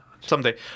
Someday